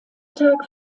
tag